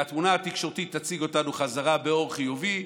והתמונה התקשורתית תציג אותנו חזרה באור חיובי,